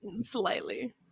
slightly